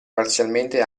parzialmente